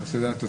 חה"כ מקלב,